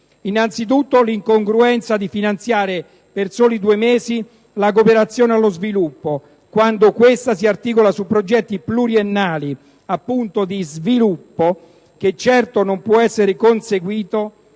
Innanzitutto, l'incongruenza di finanziare per soli due mesi la cooperazione allo sviluppo, quando questa si articola su progetti pluriennali - appunto, di «sviluppo» - che certo non può essere conseguito